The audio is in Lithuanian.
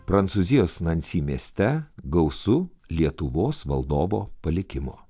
prancūzijos nansi mieste gausu lietuvos valdovo palikimo